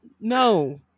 no